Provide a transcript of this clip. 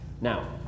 now